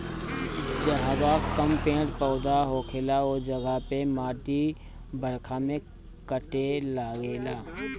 जहवा कम पेड़ पौधा होखेला उ जगह के माटी बरखा में कटे लागेला